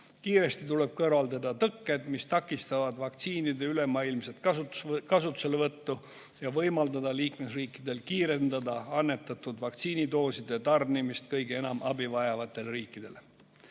Kiiresti tuleb kõrvaldada tõkked, mis takistavad vaktsiinide ülemaailmset kasutuselevõttu, ja võimaldada liikmesriikidel kiirendada annetatud vaktsiinidooside tarnimist kõige enam abi vajavatele riikidele.